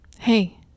Hey